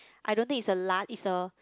I don't think is a li~ is a